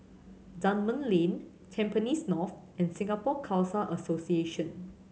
Dunman Lane Tampines North and Singapore Khalsa Association